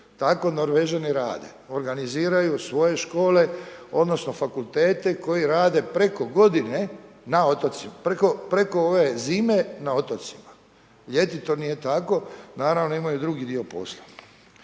Tako Norvežani rade, organiziraju svoje škole odnosno fakultete koji rade preko godine na otocima. Preko zime na otocima. Ljeti to nije tako, naravno imaju i drugi dio posla.